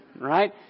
right